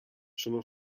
sono